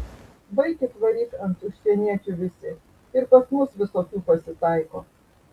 baikit varyt ant užsieniečių visi ir pas mus visokių pasitaiko